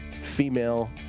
female